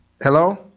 Hello